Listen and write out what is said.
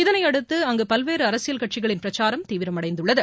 இதனையடுத்து அங்க பல்வேறு அரசியல் கட்சிகளின் பிரச்சாரம் தீவிரமடைந்துள்ளது